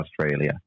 Australia